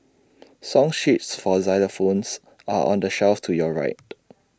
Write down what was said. song sheets for xylophones are on the shelf to your right